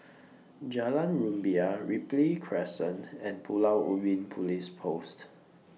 Jalan Rumbia Ripley Crescent and Pulau Ubin Police Post